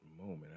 moment